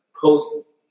post